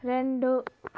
రెండు